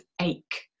ache